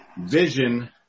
vision